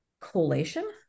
collation